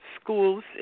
schools